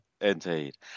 indeed